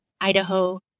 Idaho